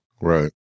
Right